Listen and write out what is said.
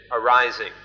arising